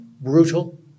brutal